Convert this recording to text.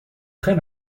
très